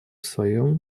своем